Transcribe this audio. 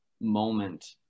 moment